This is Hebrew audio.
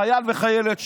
חייל וחיילת,